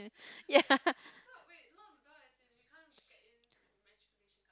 ya